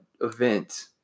event